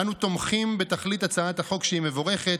אנו תומכים בתכלית הצעת החוק, שהיא מבורכת.